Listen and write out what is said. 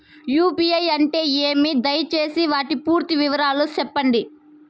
UPI అంటే ఏమి? దయసేసి వాటి పూర్తి వివరాలు సెప్పండి?